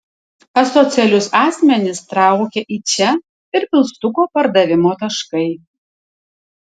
asocialius asmenis traukia į čia ir pilstuko pardavimo taškai